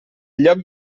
lloc